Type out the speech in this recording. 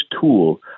tool